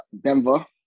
Denver